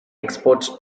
exports